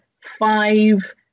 five